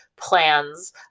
plans